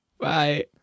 Bye